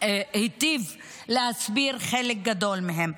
הטיב להסביר חלק גדול מהם.